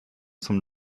zum